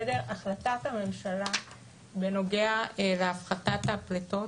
החלטת הממשלה בנוגע להפחתת הפליטות